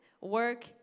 work